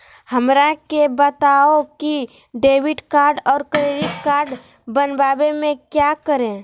हमरा के बताओ की डेबिट कार्ड और क्रेडिट कार्ड बनवाने में क्या करें?